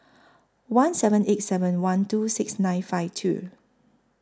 one seven eight seven one two six nine five two